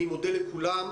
אני מודה לכולם.